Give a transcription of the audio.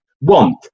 want